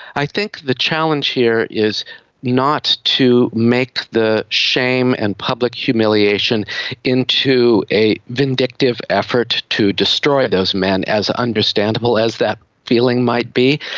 i think the challenge here is not to make the shame and public humiliation into a vindictive effort to destroy those men, as understandable as that feeling might be.